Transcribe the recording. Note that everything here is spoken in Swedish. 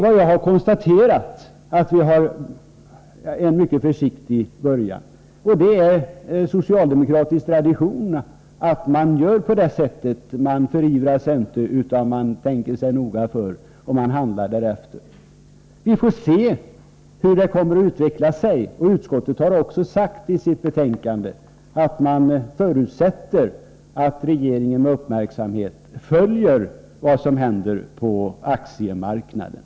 Vi har alltså startat försiktigt, vilket är en socialdemokratisk tradition. Man skall inte förivra sig utan tänka sig noga för och handla därefter. Vi får se hur utvecklingen kommer att bli. Utskottet har sagt att det förutsätts att regeringen uppmärksamt följer vad som händer på aktiemarknaden.